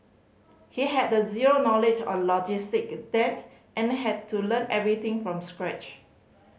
he had zero knowledge of logistic then and had to learn everything from scratch